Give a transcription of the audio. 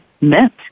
meant